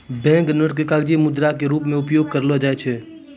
bank नोटो के कागजी मुद्रा के रूपो मे उपयोग करलो जाय छै